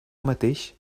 mateix